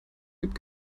gibt